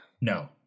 No